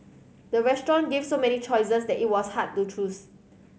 the restaurant gave so many choices that it was hard to choose